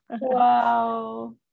Wow